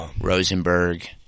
Rosenberg